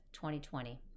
2020